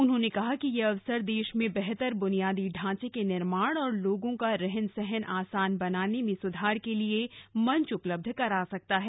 उन्होंने कहा कि यह अवसर देश में बेहतर बुनियादी ढांचे के निर्माण और लोगों का रहन सहन आसान बनाने में सुधार के लिए मंच उपलब्ध करा सकता है